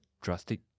drastic